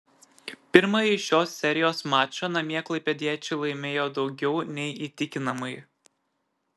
pirmąjį šios serijos mačą namie klaipėdiečiai laimėjo daugiau nei įtikinamai